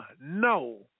No